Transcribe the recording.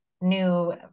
new